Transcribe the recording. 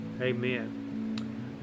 Amen